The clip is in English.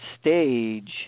stage